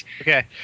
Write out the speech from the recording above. Okay